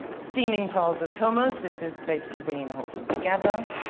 steaming piles of humus. this is basically bringing the whole thing together.